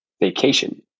vacation